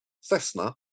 Cessna